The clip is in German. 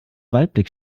waldblick